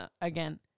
again